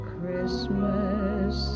Christmas